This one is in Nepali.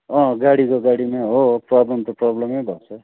अँ गाडीको गाडीमै हो प्रोब्लम त प्रोब्लमै भएको छ